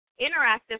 Interactive